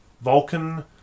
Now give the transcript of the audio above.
Vulcan